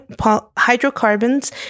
hydrocarbons